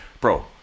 bro